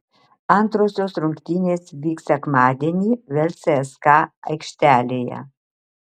antrosios rungtynės vyks sekmadienį vėl cska aikštelėje